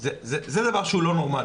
זה לא נורמלי.